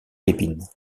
lépine